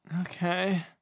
Okay